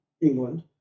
England